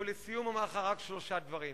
לסיום אומר רק שלושה דברים,